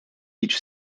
each